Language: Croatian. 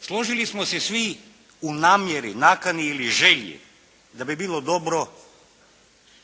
Složili smo se svi u namjeri, nakani ili želji da bi bilo dobro